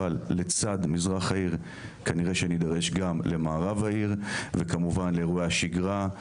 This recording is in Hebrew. אבל לצד מזרח העיר כנראה שנידרש גם למערב העיר וכמובן לאירועי השגרה,